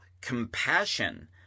compassion